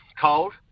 cold